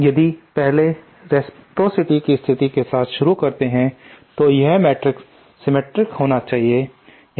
यदि पहले रेसप्रॉसिटी की स्थिति के साथ शुरू करते हैं और यह मैट्रिक्स सीमेट्रिक होना चाहिए ठीक है